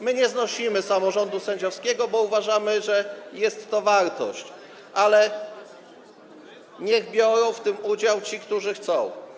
My nie znosimy samorządu sędziowskiego, bo uważamy, że jest to wartość, ale niech biorą w tym udział ci, którzy chcą.